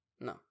No